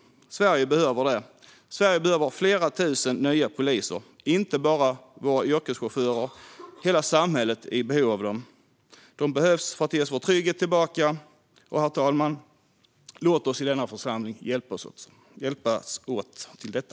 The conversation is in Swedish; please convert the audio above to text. Sverige behöver det. Sverige behöver flera tusen nya poliser. Inte bara våra yrkeschaufförer utan hela samhället är i behov av dem. De behövs för att ge oss vår trygghet tillbaka. Herr talman! Låt oss i denna församling hjälpas åt med detta!